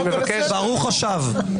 ברוך השב...